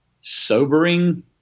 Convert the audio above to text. sobering